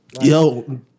Yo